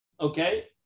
okay